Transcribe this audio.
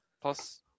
Plus